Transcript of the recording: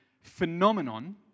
phenomenon